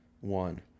one